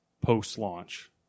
post-launch